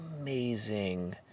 amazing